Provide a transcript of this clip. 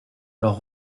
leurs